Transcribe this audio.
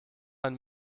ein